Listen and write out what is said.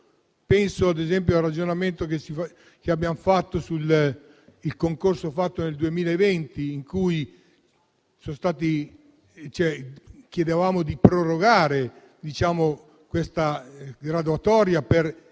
Penso, ad esempio, al ragionamento che abbiamo fatto sul concorso svolto nel 2020, in cui chiedevamo di prorogare la graduatoria per